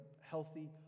healthy